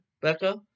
Becca